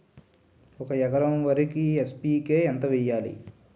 ఒక ఎకర వరికి ఎన్.పి కే ఎంత వేయాలి?